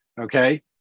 okay